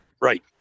Right